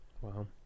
Wow